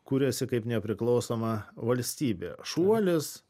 kuriasi kaip nepriklausoma valstybė šuolis